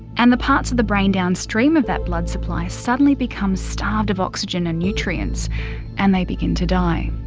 and the parts of the brain downstream of that blood supply suddenly become starved of oxygen and nutrients and they begin to die.